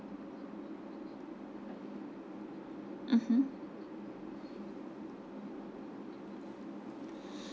mmhmm